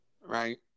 Right